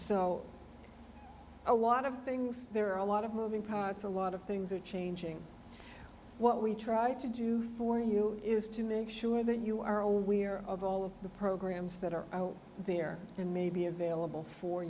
so a lot of things there are a lot of moving parts a lot of things are changing what we try to do for you is to make sure that you are aware of all of the programs that are out there and may be available for